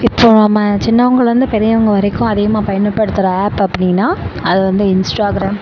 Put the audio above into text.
இப்போது நம்ம சின்னவங்கலந்து பெரியவங்க வரைக்கும் அதிகமாக பயனுப்படுத்துற ஆப் அப்படின்னா அது வந்து இன்ஸ்டாகிராம்